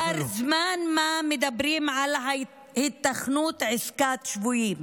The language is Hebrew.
כבר זמן מה מדברים על היתכנות עסקת שבויים.